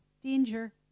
Danger